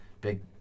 big